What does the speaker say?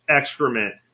excrement